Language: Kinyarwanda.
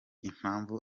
impamvu